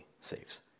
saves